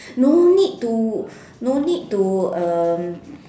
no need to no need to uh